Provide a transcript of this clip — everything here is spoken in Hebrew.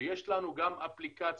ויש לנו גם אפליקציה,